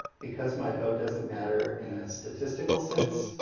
because my vote doesn't matter in a statistical sense,